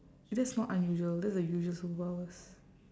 that's not unusual that's a usual superpowers